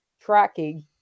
tracking